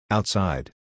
Outside